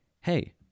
hey